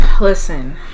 listen